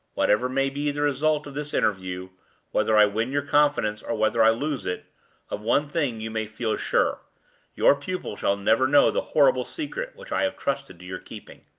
whatever may be the result of this interview whether i win your confidence or whether i lose it of one thing you may feel sure your pupil shall never know the horrible secret which i have trusted to your keeping.